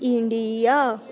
India